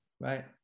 right